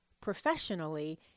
professionally